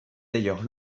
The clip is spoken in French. d’ailleurs